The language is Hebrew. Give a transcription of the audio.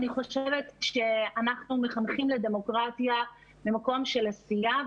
אני חושבת שאנחנו מחנכים לדמוקרטיה ממקום של עשייה,